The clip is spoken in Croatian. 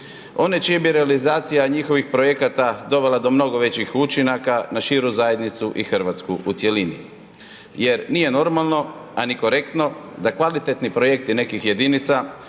One čije bi realizacija njihovih projekata dovela do mnogo većih učinaka na širu zajednicu i Hrvatsku u cjelini. Jer nije normalno a ni korektno da kvalitetni projekti nekih jedinica